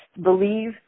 believe